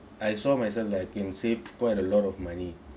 I saw myself like I can save quite a lot of money